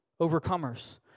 overcomers